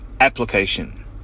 Application